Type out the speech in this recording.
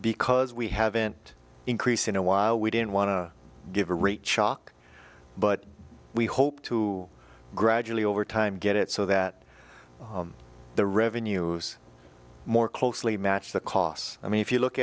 because we haven't increased in a while we didn't want to give a rate shock but we hope to gradually over time get it so that the revenues more closely match the costs i mean if you look